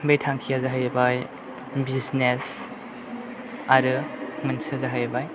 बे थांखिया जाहैबाय बिजिनेस आरो मोनसेया जाहैबाय